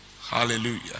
Hallelujah